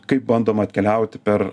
kaip bandoma atkeliauti per